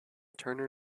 turner